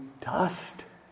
dust